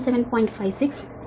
56 0